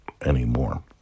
anymore